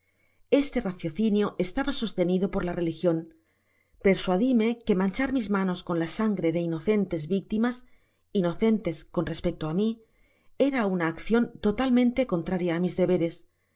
este raciocinio estaba sostenido por la religion persuadime que manchar mis manos con la sangre de inocentes victimas inocentes con respecto á mi era una accion totalmente contraria á mis deberes